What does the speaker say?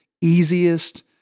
easiest